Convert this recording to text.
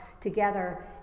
together